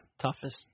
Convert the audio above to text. toughest